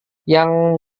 yang